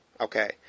Okay